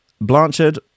Blanchard